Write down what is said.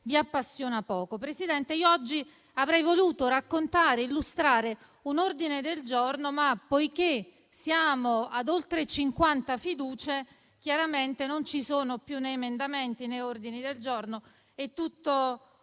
vi appassiona poco. Signora Presidente, oggi avrei voluto illustrare un ordine del giorno, ma poiché siamo ad oltre 50 fiducie, chiaramente non ci sono più né emendamenti né ordini del giorno: tutto